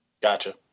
Gotcha